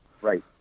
Right